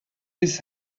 this